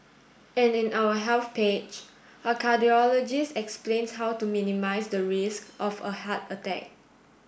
and in our Health page a cardiologist explains how to minimise the risk of a heart attack